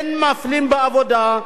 אין מפלים בעבודה,